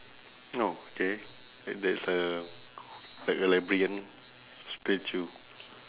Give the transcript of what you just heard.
oh K t~ that's like a like a librarian statue